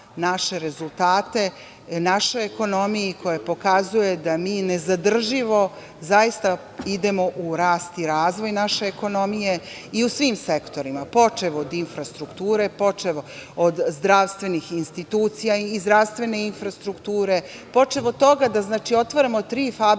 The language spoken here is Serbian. dala rezultate našoj ekonomiji koji pokazuju da mi nezadrživo zaista idemo u rast i razvoj naše ekonomije i u svim sektorima, počev od infrastrukture, počev od zdravstvenih institucija i zdravstvene infrastrukture, počev od toga da otvaramo tri fabrike. Dakle,